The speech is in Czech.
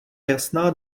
jasná